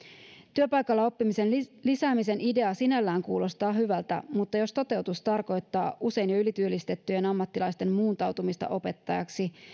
työpaikalla oppimisen lisäämisen idea sinällään kuulostaa hyvältä mutta jos toteutus tarkoittaa usein jo ylityöllistettyjen ammattilaisten muuntautumista opettajiksi